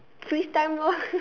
freeze time lor